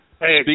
Hey